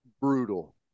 brutal